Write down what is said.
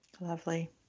Lovely